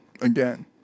Again